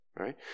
right